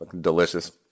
delicious